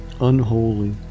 unholy